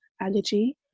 allergy